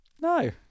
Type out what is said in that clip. no